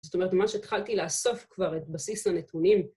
‫זאת אומרת, ממש התחלתי ‫לאסוף כבר את בסיס הנתונים.